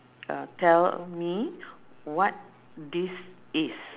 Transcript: uh tell me what this is